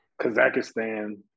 kazakhstan